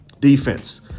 Defense